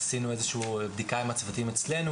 עשינו איזו שהיא בדיקה עם הצוותים אצלנו,